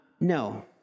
No